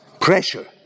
pressure